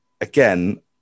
Again